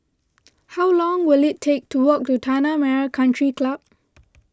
how long will it take to walk to Tanah Merah Country Club